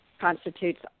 constitutes